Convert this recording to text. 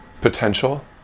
potential